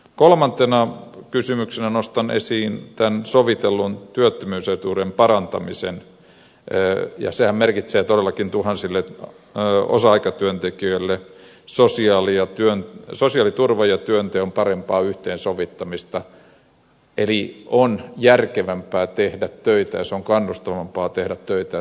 kolmantena kysymyksenä nostan esiin tämän sovitellun työttömyysetuuden parantamisen ja sehän merkitsee todellakin tuhansille osa aikatyöntekijöille sosiaaliturvan ja työnteon parempaa yhteensovittamista eli on järkevämpää tehdä töitä ja on kannustavampaa tehdä töitä